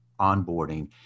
onboarding